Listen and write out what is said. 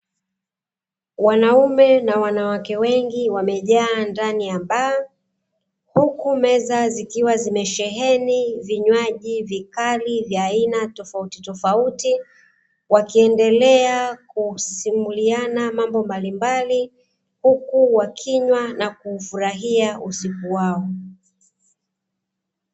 Wanaume na wanawake wengi wamejaa ndani ya baa, huku meza zikiwa zimesheheni vinywaji vikali vya aina tofautitofauti wakiendelea kusimuliana mambo mbalimbali, huku wakinywa na kuufurahia usiku wao.